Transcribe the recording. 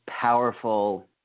powerful